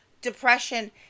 depression